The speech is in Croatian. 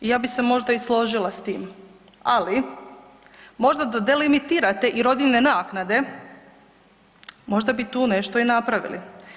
Ja bi se možda i složila s tim, ali možda da delimitirate i rodiljne naknade, možda bi tu nešto i napravili.